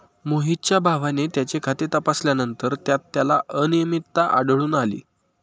मोहितच्या भावाने त्याचे खाते तपासल्यानंतर त्यात त्याला अनियमितता आढळून आली